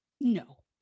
No